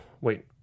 wait